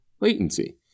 latency